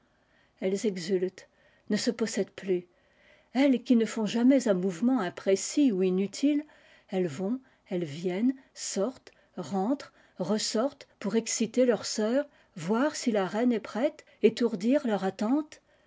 elles exultent ne se possèdent plus elles qui ne font jamais un mouvement imprécis ou inutile elles vont elles viennent sortent rentrent ressortent pour exciter leurs sœurs voir si la reine est prêle étourdir leur attente